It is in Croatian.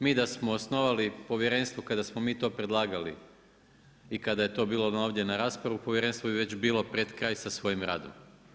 Mi da smo osnovali povjerenstvo kada smo mi to predlagali i kada je to bilo ovdje na raspravu, povjerenstvo bi već bilo pred kraj sa svojim radom.